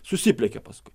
susipliekė paskui